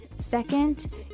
Second